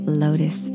lotus